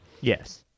Yes